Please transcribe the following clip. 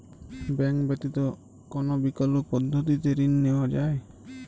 Bank ব্যতিত কোন বিকল্প পদ্ধতিতে ঋণ নেওয়া যায়?